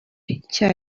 icya